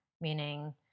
meaning